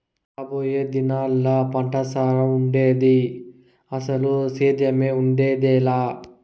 రాబోయే దినాల్లా పంటసారం ఉండేది, అసలు సేద్దెమే ఉండేదెలా